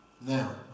now